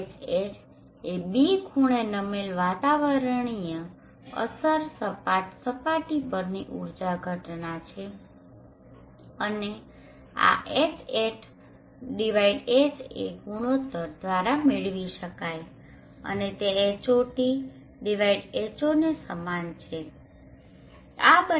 Hat એ β ખૂણે નમેલ વાતાવરણીય અસર સપાટ સપાટી પરની ઊર્જા ઘટના છે અને આ HatHa ગુણોત્તર દ્વારા મેળવી શકાય અને તે HotH0ને સમાન છે